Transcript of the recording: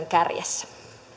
kärjessä